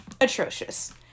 atrocious